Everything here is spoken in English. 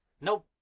Nope